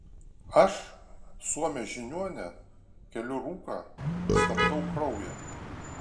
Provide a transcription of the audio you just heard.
aš suomė žiniuonė keliu rūką stabdau kraują